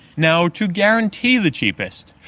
now, to guarantee the cheapest,